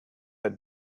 had